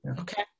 Okay